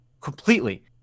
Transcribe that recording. completely